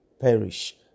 perish